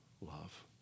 love